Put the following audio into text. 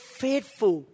faithful